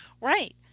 Right